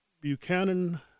Buchanan